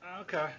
Okay